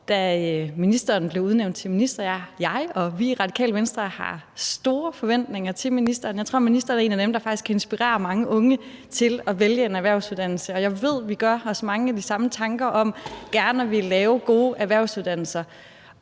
da ministeren blev udnævnt til minister; jeg og vi i Radikale Venstre har store forventninger til ministeren. Jeg tror, ministeren er en af dem, der faktisk kan inspirere mange unge til at vælge en erhvervsuddannelse, og jeg ved, at vi gør os mange af de samme tanker om gerne at ville lave gode erhvervsuddannelser,